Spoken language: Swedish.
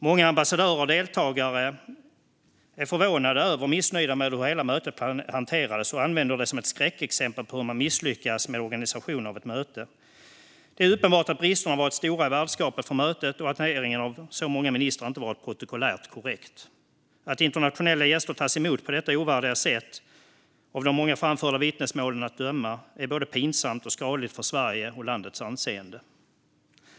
Många ambassadörer och deltagare är förvånade över och missnöjda med hur hela mötet hanterades och använder det som ett skräckexempel på hur man misslyckas med organisation av ett möte. Det är uppenbart att bristerna har varit stora i värdskapet för mötet och att hanteringen av så många ministrar inte skett protokollärt korrekt. Att internationella gäster tas emot på detta, av de många framförda vittnesmålen att döma, ovärdiga sätt är både pinsamt och skadligt för Sverige och landets anseende.